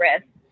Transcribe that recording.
risk